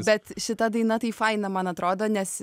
bet šita daina tai faina man atrodo nes